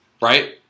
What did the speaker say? Right